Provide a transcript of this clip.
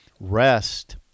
rest